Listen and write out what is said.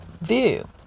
view